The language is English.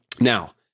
Now